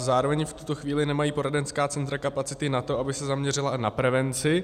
Zároveň v tuto chvíli nemají poradenská centra kapacity na to, aby se zaměřila na prevenci.